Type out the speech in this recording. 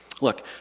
Look